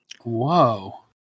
Whoa